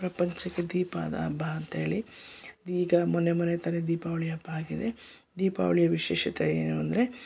ಪ್ರಪಂಚಕ್ಕೆ ದೀಪದ ಹಬ್ಬ ಅಂಥೇಳಿ ಈಗ ಮೊನ್ನೆ ಮೊನ್ನೆ ತಾನೇ ದೀಪಾವಳಿ ಹಬ್ಬ ಆಗಿದೆ ದೀಪಾವಳಿಯ ವಿಶೇಷತೆ ಏನು ಅಂದರೆ